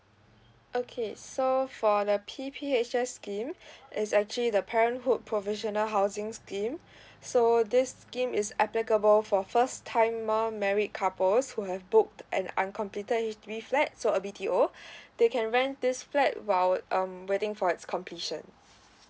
okay so for the P_P_H_S scheme is actually the parenthood provisional housing scheme so this scheme is applicable for first timer married couples who have booked and uncompleted H_D_B flat so a B_T_O they can rent this flat while um waiting for its completion